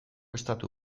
estatu